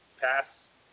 pass